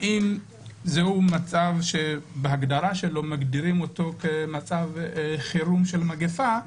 האם זהו מצב שבהגדרה שלו מגדירים כמצב חירום של מגיפה,